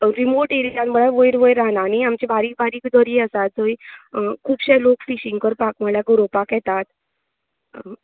remote एरीयान म्हळ्यार वयर वयर वयर रानांनी आमची बारीक बारीक झरी आसा थंय खूबशें लोक फिशींग करपाक म्हळ्यार गरोवपाक येतात